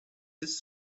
this